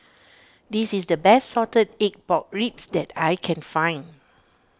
this is the best Salted Egg Pork Ribs that I can find